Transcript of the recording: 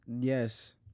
Yes